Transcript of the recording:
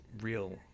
real